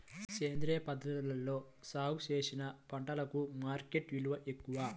సేంద్రియ పద్ధతిలో సాగు చేసిన పంటలకు మార్కెట్ విలువ ఎక్కువ